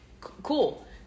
cool